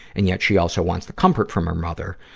and, yet, she also wants the comfort from her mother.